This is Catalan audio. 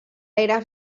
era